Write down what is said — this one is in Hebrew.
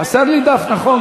חסר לי דף, נכון.